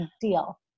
deal